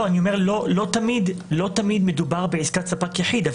לא תמיד מדובר בעסקת ספק יחיד.